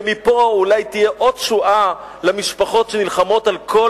ומפה אולי תהיה עוד תשועה למשפחות שנלחמות על כל